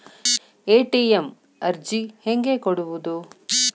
ATM ಅರ್ಜಿ ಹೆಂಗೆ ಕೊಡುವುದು?